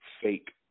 fake